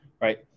right